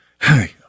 Hey